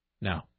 no